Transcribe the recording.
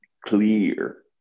clear